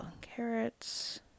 carrots